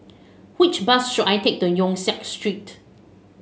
which bus should I take to Yong Siak Street